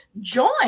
join